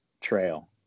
trail